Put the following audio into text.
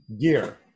gear